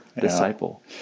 disciple